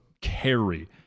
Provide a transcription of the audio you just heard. carry